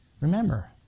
Remember